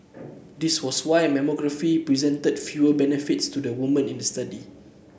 this was why mammography presented fewer benefits to the women in the study